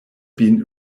been